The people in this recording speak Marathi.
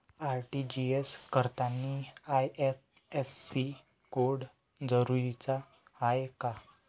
आर.टी.जी.एस करतांनी आय.एफ.एस.सी कोड जरुरीचा हाय का?